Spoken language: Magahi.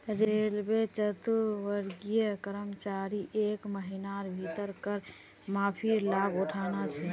रेलवे चतुर्थवर्गीय कर्मचारीक एक महिनार भीतर कर माफीर लाभ उठाना छ